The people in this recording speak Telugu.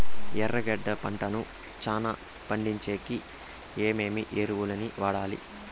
ఎర్రగడ్డలు పంటను చానా పండించేకి ఏమేమి ఎరువులని వాడాలి?